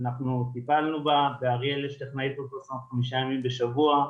אנחנו טיפלנו בה ובאריאל יש טכנאית אולטרסאונד כחמישה ימים בשבוע,